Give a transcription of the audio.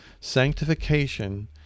Sanctification